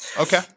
Okay